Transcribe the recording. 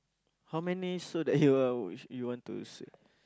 how many so that he will you want to s~